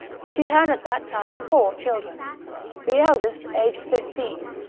she had at that time four children the eldest aged fifteen,